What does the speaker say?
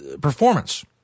Performance